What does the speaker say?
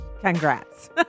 Congrats